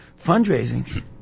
fundraising